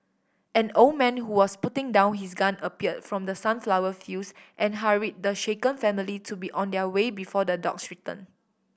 an old man who was putting down his gun appeared from the sunflower fields and hurried the shaken family to be on their way before the dogs return